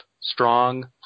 strong